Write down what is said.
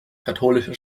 katholische